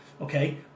okay